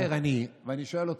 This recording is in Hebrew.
השר כל כך ערני, ואני שואל אותך: